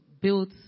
built